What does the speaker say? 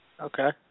okay